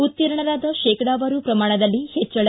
ಉತ್ತೀರ್ಣರಾದ ಶೇಕಡಾವಾರು ಪ್ರಮಾಣದಲ್ಲಿ ಹೆಚ್ಚಳ